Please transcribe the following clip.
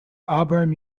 auburn